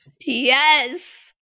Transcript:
Yes